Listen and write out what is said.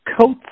coats